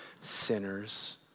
sinners